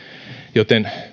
joten